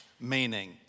meaning